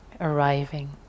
arriving